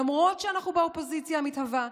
למרות שאנחנו באופוזיציה מתהווה,